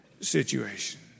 situation